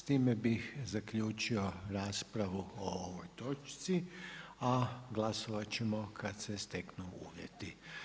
S time bih zaključio raspravu o ovoj točci, a glasovat ćemo kada se steknu uvjeti.